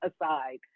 aside